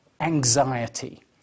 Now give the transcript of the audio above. anxiety